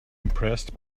impressed